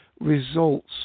results